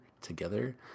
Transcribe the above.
together